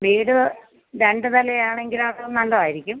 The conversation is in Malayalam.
വീട് രണ്ട് നിലയാണെങ്കിൽ അത് നല്ലതായിരിക്കും